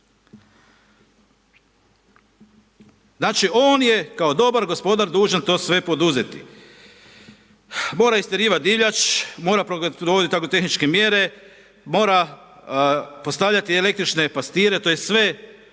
Znači on je kao dobar gospodar, dužan to sve poduzeti. Mora istjerivat divljač, mora provoditi agrotehničke mjere, mora postavljati električne pastire, to je sve mjere